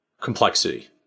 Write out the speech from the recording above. complexity